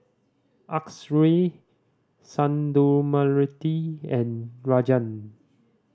Akshay Sundramoorthy and Rajan